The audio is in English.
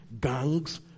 gangs